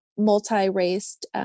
multi-raced